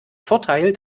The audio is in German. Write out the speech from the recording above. vorteil